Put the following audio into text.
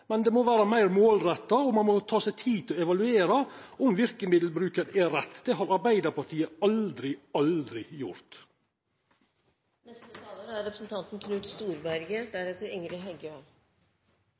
men det må vera meir målretta, og ein må ta seg tid til å evaluera verkemiddelbruken – om han er rett. Det har Arbeidarpartiet aldri, aldri gjort. Jeg la godt merke til at representanten